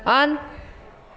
on